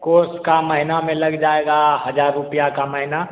course का महीना में लग जाएगा हज़ार रुपया का महीना